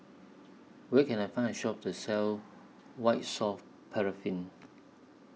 Where Can I Find A Shop that sells White Soft Paraffin